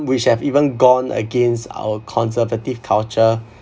which have even gone against our conservative culture